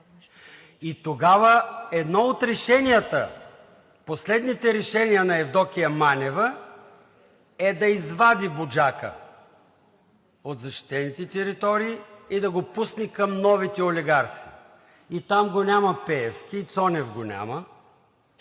И тогава едно от решенията, последните решения на Евдокия Манева е да извади „Буджака“ от защитените територии и да го пусне към новите олигарси. И там го няма Пеевски, и Цонев го няма,